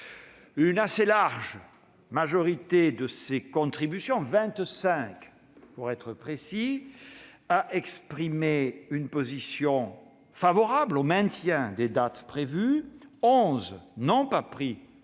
Une assez large majorité de ces contributions- 25, pour être précis -a exprimé une position favorable au maintien des dates prévues, 11 n'ont pas pris